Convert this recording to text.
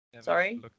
Sorry